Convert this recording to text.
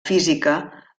física